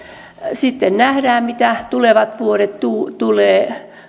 sitten nähdään mitä tulevat vuodet tuovat